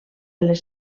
les